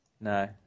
No